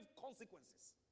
consequences